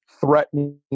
threatening